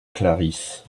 clarisses